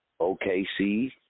OKC